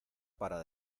para